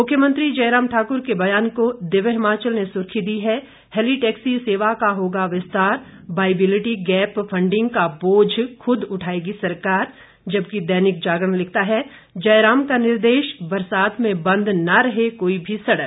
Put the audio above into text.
मुख्यमंत्री जयराम ठाक्र के बयान को दिव्य हिमाचल ने सुर्खी दी है हेलिटैक्सी सेवा का होगा विस्तार वाइबिलिटी गैप फंडिंग का बोझ खुद उठाएगी सरकार जबकि दैनिक जागरण लिखता है जयराम का निर्देश बरसात में बंद न रहे कोई भी सड़क